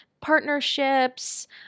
partnerships